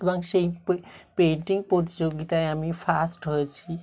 এবং সেই পেন্টিং প্রতিযোগিতায় আমি ফার্স্ট হয়েছি